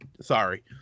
sorry